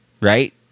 right